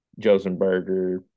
Josenberger